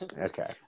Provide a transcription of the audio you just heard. Okay